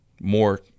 more